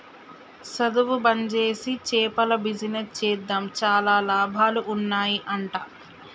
సధువు బంజేసి చేపల బిజినెస్ చేద్దాం చాలా లాభాలు ఉన్నాయ్ అంట